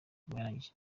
barangije